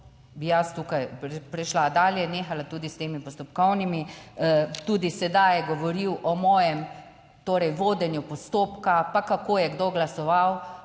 bi jaz tukaj prišla dalje, nehala tudi s temi postopkovnimi. Tudi sedaj je govoril o mojem, torej vodenju postopka, pa kako je kdo glasoval